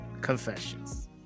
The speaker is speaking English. confessions